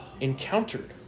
encountered